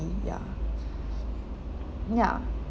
ya ya